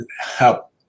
help